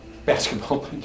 Basketball